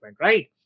right